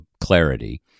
clarity